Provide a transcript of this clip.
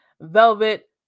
velvet